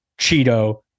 Cheeto